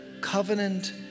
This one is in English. covenant